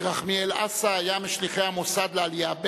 ירחמיאל אסא היה משליחי המוסד לעלייה ב'